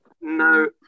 No